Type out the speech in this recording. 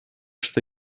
что